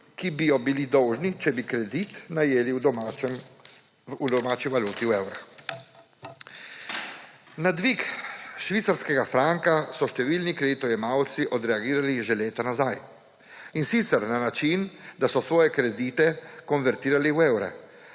ki bi jo bili dolžni, če bi kredit najeli v domači valuti, v evrih. Na dvig švicarskega franka so številni kreditojemalci odreagirali že leta nazaj, in sicer na način, da so svoje kredite konvertirali v evre